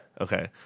Okay